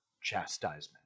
chastisement